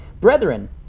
Brethren